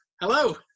Hello